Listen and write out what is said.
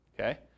Okay